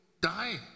die